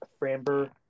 Framber